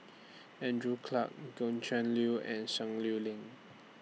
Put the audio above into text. Andrew Clarke Gretchen Liu and Sun Lueling